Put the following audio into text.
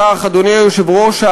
אדוני היושב-ראש,